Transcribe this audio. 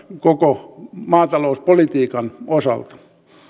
koko maatalouspolitiikan osalta